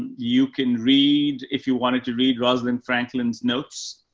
and you can read if you wanted to read roslyn franklin's notes,